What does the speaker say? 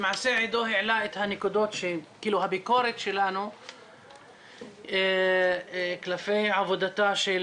למעשה עדו העלה את נקודות הביקורת שלנו כלפי עבודתה של